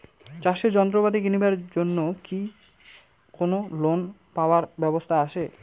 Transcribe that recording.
চাষের যন্ত্রপাতি কিনিবার জন্য কি কোনো লোন পাবার ব্যবস্থা আসে?